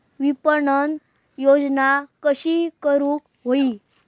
विपणन योजना कशी करुक होई?